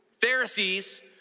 Pharisees